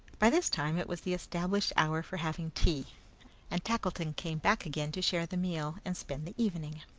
by this time it was the established hour for having tea and tackleton came back again to share the meal, and spend the evening.